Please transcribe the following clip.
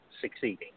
succeeding